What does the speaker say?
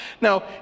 Now